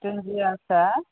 दुनदियाफोरा